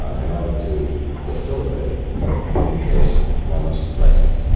in order to facilitate communication at moments of crisis.